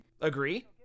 Agree